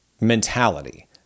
mentality